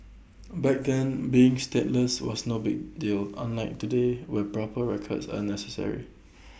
back then being stateless was no big deal unlike today where proper records are necessary